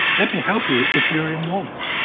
let me help you if you are in want.